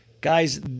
guys